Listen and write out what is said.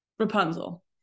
Rapunzel